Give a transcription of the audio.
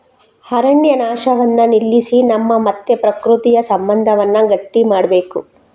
ಅರಣ್ಯ ನಾಶವನ್ನ ನಿಲ್ಲಿಸಿ ನಮ್ಮ ಮತ್ತೆ ಪ್ರಕೃತಿಯ ಸಂಬಂಧವನ್ನ ಗಟ್ಟಿ ಮಾಡ್ಬೇಕು